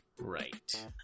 Right